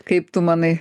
kaip tu manai